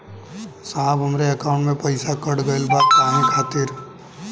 साहब हमरे एकाउंट से पैसाकट गईल बा काहे खातिर?